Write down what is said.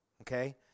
Okay